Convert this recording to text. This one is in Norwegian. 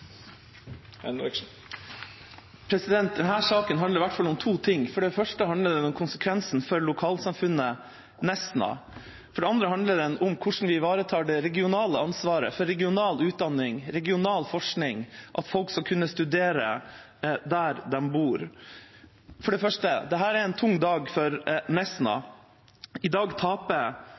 ikke er den eneste institusjonen og det eneste studiestedet som blir borte. Denne saken handler om i hvert fall to ting. For det første handler den om konsekvensene for lokalsamfunnet Nesna. For det andre handler den om hvordan vi ivaretar det regionale ansvaret for regional utdanning, regional forskning og at folk skal kunne studere der de bor. For det første: Dette er en tung dag for Nesna. I dag taper